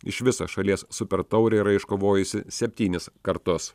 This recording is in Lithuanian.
iš viso šalies super taurę yra iškovojusi septynis kartus